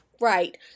Right